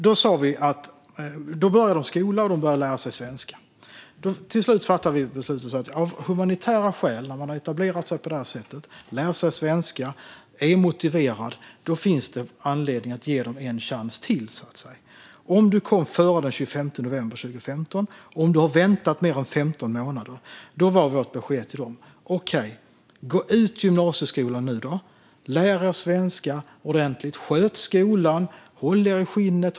De började i skolan, och de började att lära sig svenska. Till sist fattade vi beslutet av humanitära skäl att när människor etablerar sig på det här sättet, lär sig svenska och är motiverade, finns det anledning att ge dem en chans till. Om de kom före den 25 november 2015 och hade väntat mer än 15 månader var vårt besked till dem: Okej, gå ut gymnasieskolan. Lär er svenska ordentligt, och sköt skolan. Håll er i skinnet.